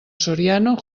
soriano